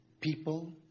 people